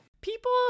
People